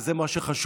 וזה מה שחשוב,